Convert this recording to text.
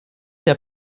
der